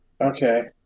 Okay